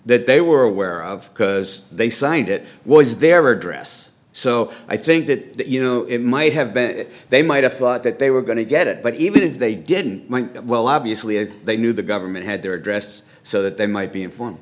that they were aware of because they signed it was their address so i think that you know it might have been that they might have thought that they were going to get it but even if they didn't well obviously if they knew the government had their address so that they might be informed